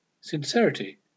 Sincerity